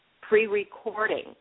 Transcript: pre-recording